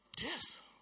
Yes